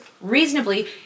reasonably